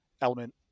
element